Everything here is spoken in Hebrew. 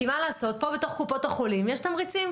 כי מה לעשות, פה בתוך קופות החולים יש תמריצים.